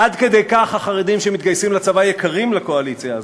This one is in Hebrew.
עד כדי כך החרדים שמתגייסים לצבא יקרים לקואליציה הזאת,